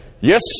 Yes